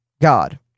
God